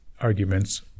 arguments